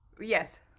Yes